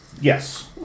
Yes